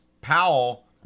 Powell